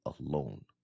alone